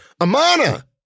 Amana